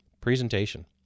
presentation